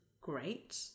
great